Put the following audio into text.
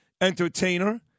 entertainer